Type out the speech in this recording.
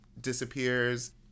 disappears